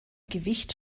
gewicht